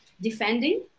defending